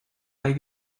may